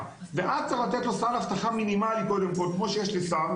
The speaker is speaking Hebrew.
ואז צריך לתת לו סל אבטחה מינימלי קודם כל כמו שיש לשר,